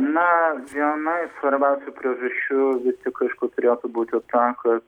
na viena iš svarbiausių priežasčių vis tik aišku turėtų būti ta kad